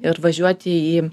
ir važiuoti į